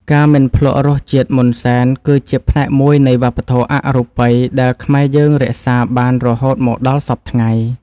ការមិនភ្លក្សរសជាតិមុនសែន គឺជាផ្នែកមួយនៃវប្បធម៌អរូបីដែលខ្មែរយើងរក្សាបានរហូតមកដល់សព្វថ្ងៃ។